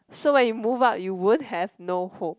so when you move out you won't have no home